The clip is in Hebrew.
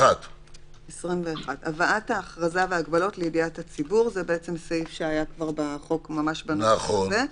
הסעיף הבא הוא סעיף שהיה כבר בחוק ממש בנוסח הזה.